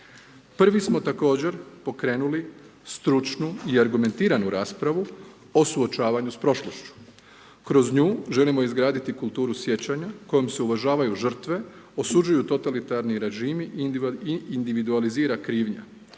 Prvi smo također pokrenuli stručnu i argumentiranu raspravu o suočavanju s prošlošću. Kroz nju želimo izgraditi kulturu sjećanja kojom se uvažavaju žrtve, osuđuju totalitarni režimi i individualizira krivnja.